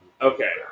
Okay